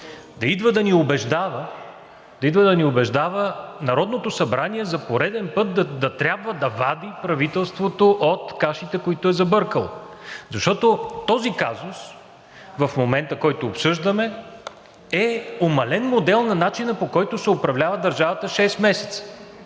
да идва да ни убеждава – Народното събрание, за пореден път да трябва да вади правителството от кашите, които е забъркало. Защото този казус, който обсъждаме в момента, е умален модел на начина, по който се управлява държавата шест месеца,